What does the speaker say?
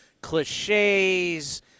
cliches